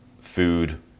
food